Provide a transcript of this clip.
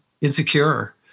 insecure